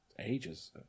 ages